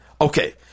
Okay